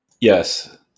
Yes